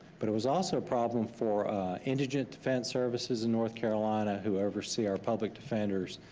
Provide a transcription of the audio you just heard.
but it was also a problem for indigent defense services in north carolina who oversee our public defenders,